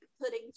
putting